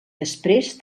després